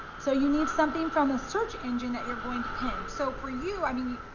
so you need something from a search engine that you're going to pin. so for you, i mean,